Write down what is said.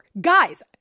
Guys